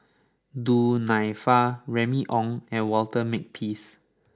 Du Nanfa Remy Ong and Walter Makepeace